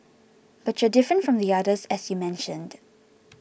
but you're different from the others as you mentioned